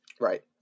Right